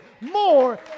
More